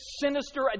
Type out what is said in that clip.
sinister